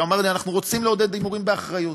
שאמר לי: אנחנו רוצים לעודד הימורים באחריות.